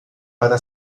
para